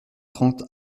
trente